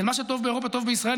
שמה שטוב באירופה טוב בישראל.